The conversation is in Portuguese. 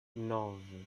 nove